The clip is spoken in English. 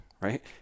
right